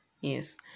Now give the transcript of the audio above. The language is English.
yes